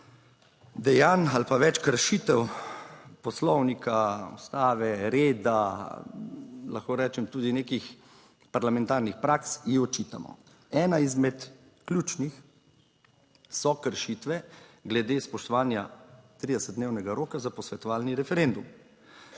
dejanj ali pa več kršitev Poslovnika, Ustave, reda, lahko rečem tudi nekih parlamentarnih praks ji očitamo. Ena izmed ključnih so kršitve glede spoštovanja 30-dnevnega roka za posvetovalni referendum.